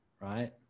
right